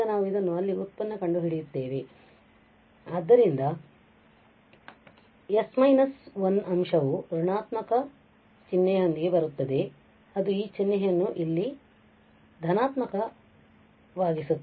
ಈಗ ನಾವು ಇದನ್ನು ಅಲ್ಲಿ ವುತ್ಪನ್ನ ಕಂಡುಹಿಡಿಯುತ್ತೇವೆ ಆದ್ದರಿಂದ s − 1 ಅಂಶವು ಋಣಾತ್ಮಕ ಚಿಹ್ನೆಯೊಂದಿಗೆ ಬರುತ್ತದೆ ಅದು ಈ ಚಿಹ್ನೆಯನ್ನು ಇಲ್ಲಿ ಧನಾತ್ಮಕವಾಗಿಸುತ್ತದೆ